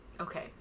okay